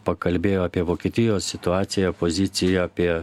pakalbėjo apie vokietijos situaciją poziciją apie